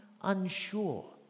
unsure